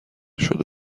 شده